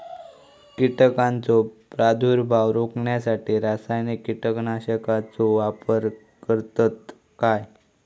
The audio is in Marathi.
कीटकांचो प्रादुर्भाव रोखण्यासाठी रासायनिक कीटकनाशकाचो वापर करतत काय?